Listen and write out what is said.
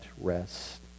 rest